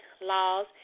laws